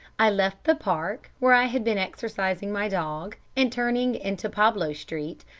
i left the park, where i had been exercising my dog, and turning into pablo street,